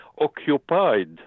occupied